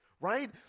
right